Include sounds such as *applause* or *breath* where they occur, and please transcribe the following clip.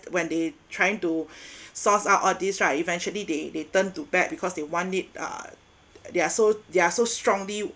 when they trying to *breath* source out all these right eventually they they turn to bad because they want it uh they're so they're so strongly